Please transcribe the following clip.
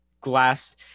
glass